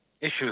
issues